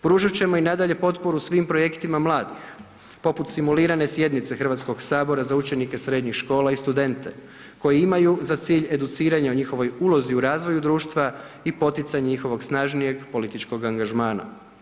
Pružat ćemo i nadalje potporu svim projektima mladih poput simulirane sjednice Hrvatskog sabora za učenike srednjih škola i studente koje imaju za cilj educiranje u njihovoj ulozi u razvoju društva i poticaja njihovog snažnijeg političkog angažmana.